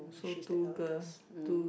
mm she's the eldest mm